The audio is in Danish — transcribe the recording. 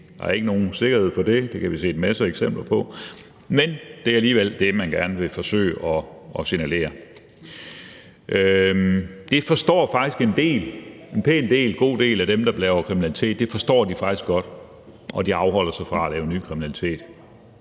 Der er ikke nogen sikkerhed for det. Det kan vi se masser af eksempler på. Men det er alligevel det, man gerne vil forsøge at signalere. En god, pæn del af dem, der laver kriminalitet, forstår det faktisk godt, og de afholder sig fra at begå ny kriminalitet.